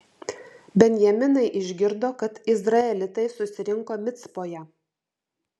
benjaminai išgirdo kad izraelitai susirinko micpoje